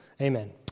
amen